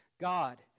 God